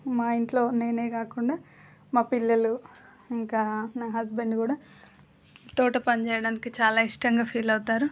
మా ఇంట్లో నేనే కాకుండా మా పిల్లలు ఇంకా నా హస్బెండ్ కూడా తోట పని చేయడానికి చాలా ఇష్టంగా ఫీల్ అవుతారు